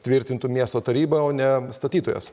tvirtintų miesto taryba o ne statytojas